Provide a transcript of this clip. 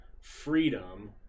freedom